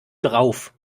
drauf